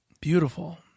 beautiful